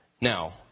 Now